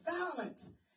Violence